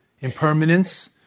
Impermanence